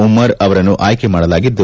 ಉಮ್ಮರ್ ಅವರನ್ನು ಆಯ್ಕೆ ಮಾಡಲಾಗಿದ್ದು